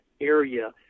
area